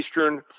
Eastern